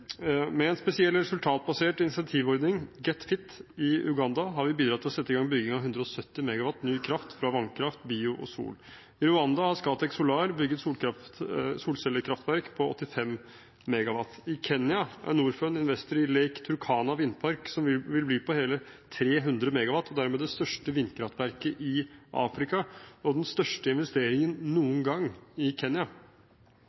Med en spesiell resultatbasert incentivordning – GET FiT – i Uganda har vi bidratt til å sette i gang bygging av 170 MW ny kraft fra vannkraft, bio og sol. I Rwanda har Scatec Solar bygget solcellekraftverk på 85 MW. I Kenya er Norfund investor i Lake Turkana-vindpark, som vil bli på hele 300 MW og dermed det største vindkraftverket i Afrika og den største investeringen noen gang i